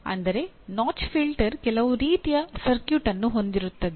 ಅಂದರೆ notch filter ಕೆಲವು ರೀತಿಯ ಸರ್ಕ್ಯೂಟ್ ಅನ್ನು ಹೊಂದಿರುತ್ತದೆ